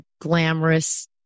glamorous